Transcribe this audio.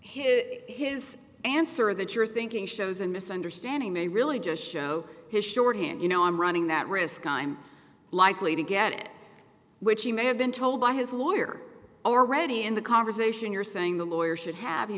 his his answer that you're thinking shows and misunderstanding may really just show his shorthand you know i'm running that risk i'm likely to get it which he may have been told by his lawyer already and the conversation you're saying the lawyer should have you